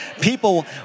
People